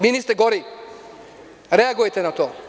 Ministre, gori i reagujte na to.